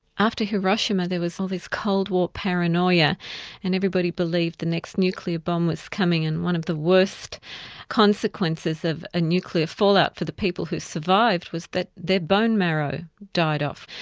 after hiroshima there was all this cold war paranoia and everybody believed the next nuclear bomb was coming, and one of the worst consequences of a nuclear fallout for the people who survived was that their bone marrow died off.